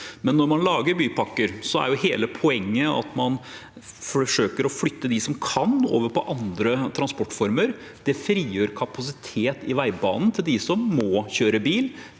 Når man lager bypakker, er hele poenget at man forsøker å flytte dem som kan, over på andre transportformer. Det frigjør kapasitet i veibanen til dem som må kjøre bil,